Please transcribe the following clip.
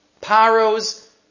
Paro's